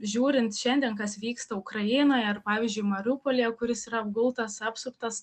žiūrint šiandien kas vyksta ukrainoje ar pavyzdžiui mariupolyje kuris yra apgultas apsuptas